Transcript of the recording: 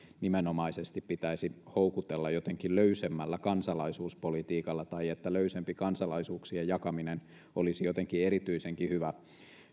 pitäisi houkutella nimenomaisesti jotenkin löysemmällä kansalaisuuspolitiikalla tai että löysempi kansalaisuuksien jakaminen olisi jotenkin erityisenkin hyvä